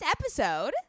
episode